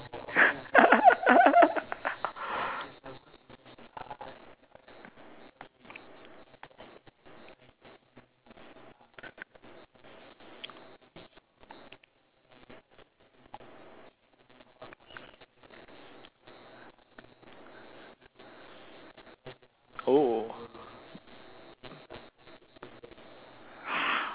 oh